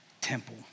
temple